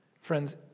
Friends